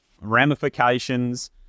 ramifications